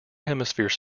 hemisphere